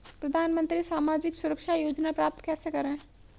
प्रधानमंत्री सामाजिक सुरक्षा योजना प्राप्त कैसे करें?